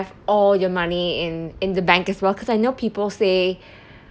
have all your money in in the bank as well cause I know people say